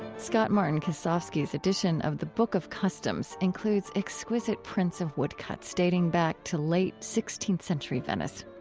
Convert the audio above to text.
scott-martin kosofsky's edition of the book of customs includes exquisite prints of woodcuts dating back to late sixteenth century venice.